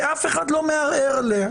ואף אחד לא מערער עליה.